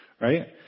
right